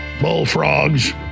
bullfrogs